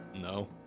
No